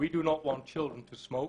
אנחנו לא רוצים שילדים יעשנו